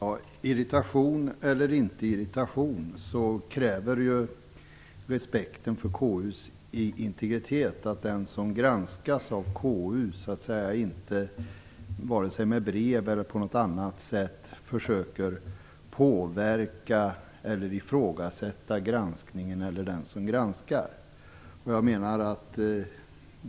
Herr talman! Irritation eller inte, men respekten för KU:s integritet kräver att den som granskas av KU vare sig med brev eller på annat sätt skall ifrågasätta eller försöka påverka granskningen eller den som granskar.